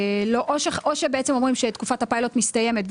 או שבעצם אומרים שתקופת הפיילוט מסתיימת.